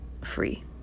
free